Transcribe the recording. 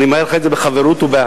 אני אומר לך את זה בחברות ובאהבה: